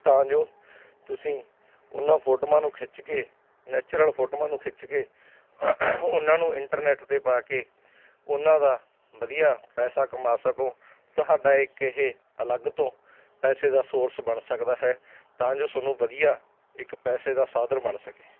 ਤਾਂ ਜੋ ਤੁਸੀਂ ਉਹਨਾਂ ਫੋਟੋਆਂ ਨੂੰ ਖਿੱਚ ਕੇ ਨੈਚੁਰਲ ਫੋਟੋਆਂ ਨੂੰ ਖਿੱਚ ਕੇ ਉਹਨਾਂ ਨੂੰ ਇੰਟਰਨੈਟ 'ਤੇ ਪਾ ਕੇ ਉਹਨਾਂ ਦਾ ਵਧੀਆ ਪੈਸਾ ਕਮਾ ਸਕੋ ਤੁਹਾਡਾ ਇੱਕ ਇਹ ਅਲੱਗ ਤੋਂ ਪੈਸੇ ਦਾ ਸੋਰਸ ਬਣ ਸਕਦਾ ਹੈ ਤਾਂ ਜੋ ਤੁਹਾਨੂੰ ਵਧੀਆ ਇੱਕ ਪੈਸੇ ਦਾ ਸਾਧਨ ਬਣ ਸਕੇ